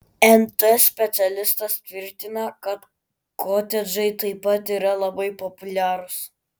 nt specialistas tvirtina kad kotedžai taip pat yra labai populiarūs